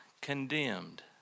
condemned